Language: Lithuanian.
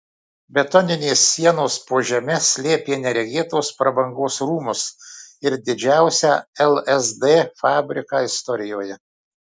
betoninės sienos po žeme slėpė neregėtos prabangos rūmus ir didžiausią lsd fabriką istorijoje